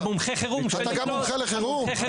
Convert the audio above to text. אתה גם מומחה לחירום?